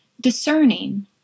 discerning